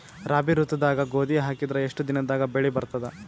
ರಾಬಿ ಋತುದಾಗ ಗೋಧಿ ಹಾಕಿದರ ಎಷ್ಟ ದಿನದಾಗ ಬೆಳಿ ಬರತದ?